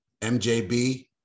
MJB